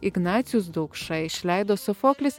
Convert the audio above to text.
ignacijus daukša išleido sofoklis